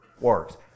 works